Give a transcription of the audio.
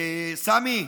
סמי,